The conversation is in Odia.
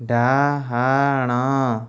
ଡ଼ାହାଣ